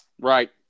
Right